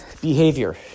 behavior